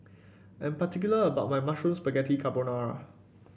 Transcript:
I am particular about my Mushroom Spaghetti Carbonara